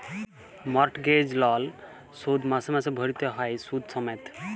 mortgage লল শোধ মাসে মাসে ভ্যইরতে হ্যয় সুদ সমেত